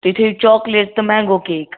تُہۍ تھٲوِو چاکلیٹ تہٕ مٮ۪نٛگو کیک